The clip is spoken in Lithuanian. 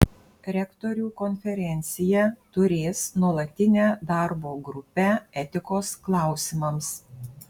rektorių konferencija turės nuolatinę darbo grupę etikos klausimams